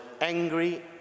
angry